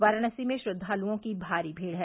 वाराणसी में श्रद्वालुओं की भारी भीड़ है